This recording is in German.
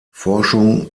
forschung